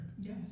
Yes